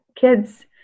kids